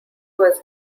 was